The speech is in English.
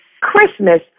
Christmas